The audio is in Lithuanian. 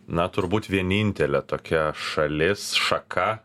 na turbūt vienintelė tokia šalis šaka